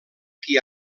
qui